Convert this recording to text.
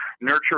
nurture